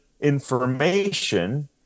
information